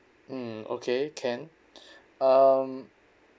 mm okay can um